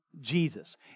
Jesus